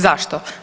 Zašto?